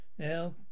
Now